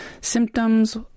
symptoms